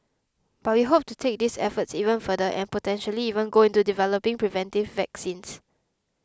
but we hope to take these efforts even further and potentially even go into developing preventive vaccines